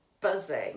buzzing